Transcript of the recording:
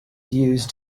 used